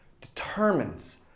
determines